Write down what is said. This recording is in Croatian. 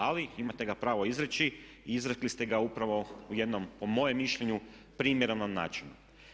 Ali imate ga pravo izreći i izrekli ste ga upravo u jednom po mojem mišljenju primjerenom načinu.